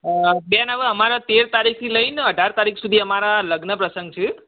અ બેન હવે અમારે તેર તારીખથી લઇને અઢાર તારીખ સુધી અમારે લગ્ન પ્રસંગ છે